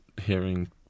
hearing